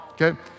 okay